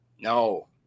No